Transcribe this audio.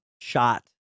shot